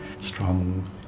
Strong